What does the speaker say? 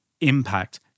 impact